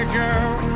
girl